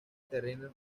terreno